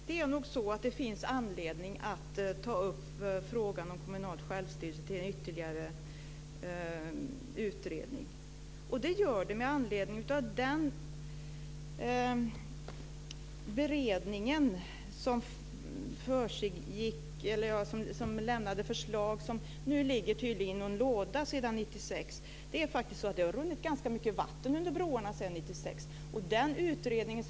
Herr talman! Jo, det finns nog anledning att ta upp frågan om kommunal självstyrelse till en ytterligare utredning. Att så är fallet beror på att beredningens förslag nu tydligen ligger i någon låda sedan 1996. Det har faktiskt runnit ganska mycket vatten under broarna sedan 1996.